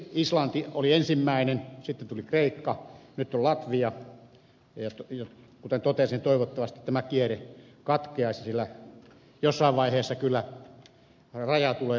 islanti oli ensimmäinen sitten tuli kreikka nyt on latvia ja kuten totesin toivottavasti tämä kierre katkeaisi sillä jossain vaiheessa kyllä raja tulee ehdottomasti vastaan